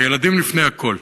הילדים לפני הכול.